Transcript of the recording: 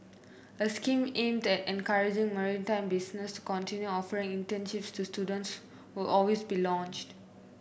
a scheme aimed at encouraging maritime businesses to continue offering internships to students will always be launched